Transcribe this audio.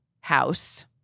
house